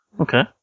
Okay